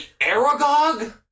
Aragog